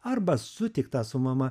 arba sutiktą su mama